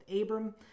Abram